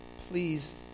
Please